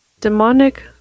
Demonic